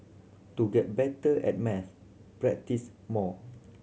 to get better at maths practise more